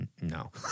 No